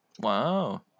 Wow